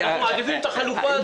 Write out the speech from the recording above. אנחנו מעדיפים את החלופה הזו.